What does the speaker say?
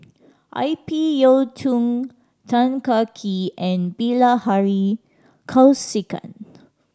I P Yiu Tung Tan Kah Kee and Bilahari Kausikan